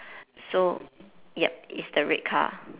so yup it's the red car